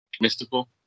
Mystical